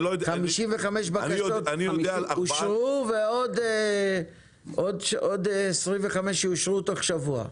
55 בקשות אושרו ועוד 25 יאושרו תוך שבוע.